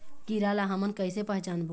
कीरा ला हमन कइसे पहचानबो?